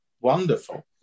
Wonderful